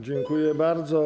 Dziękuję bardzo.